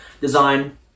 design